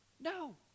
No